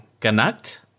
Ganat